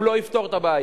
הוא לא יפתור את הבעיה.